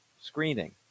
screening